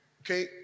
okay